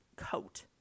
Coat